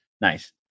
Nice